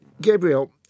Gabriel